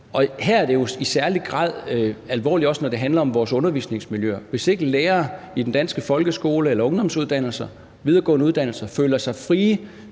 Og her er det jo i særlig grad alvorligt, når det handler om vores undervisningsmiljøer. Hvis ikke lærere i den danske folkeskole, på ungdomsuddannelser og på videregående uddannelser føler sig frie